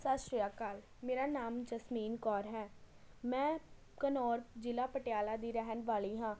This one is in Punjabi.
ਸਤਿ ਸ਼੍ਰੀ ਅਕਾਲ ਮੇਰਾ ਨਾਮ ਜਸਮੀਨ ਕੌਰ ਹੈ ਮੈਂ ਘਨੌਰ ਜ਼ਿਲ੍ਹਾ ਪਟਿਆਲਾ ਦੀ ਰਹਿਣ ਵਾਲੀ ਹਾਂ